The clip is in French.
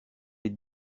est